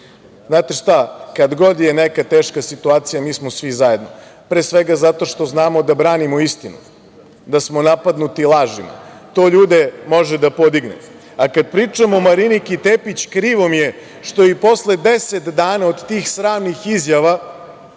šta, kada god je neka teška situacija mi smo svi zajedno. Pre svega, zato što znamo da branimo istinu, da smo napadnuti lažima. To ljude može da podigne, a kada pričam o Mariniki Tepić, krivo mi je što i posle 10 dana od tih sramnih izjava